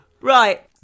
Right